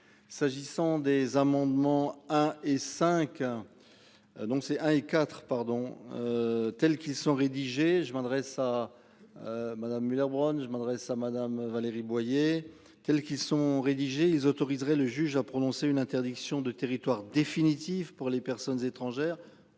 c'est un L4 pardon. Tels qu'ils sont rédigés je m'adresse à. Madame Muller-Bronn. Je m'adresse à Madame, Valérie Boyer tels qu'ils sont rédigés ils autoriseraient le juge a prononcé une interdiction de territoire, définitive pour les personnes étrangères